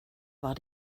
war